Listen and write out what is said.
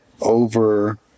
over